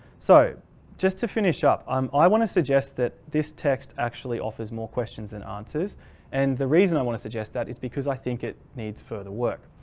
so just to finish up um i want to suggest that this text actually offers more questions than answers and the reason i want to suggest that is because i think it needs further work.